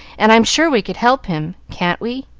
and i am sure we could help him. can't we?